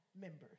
members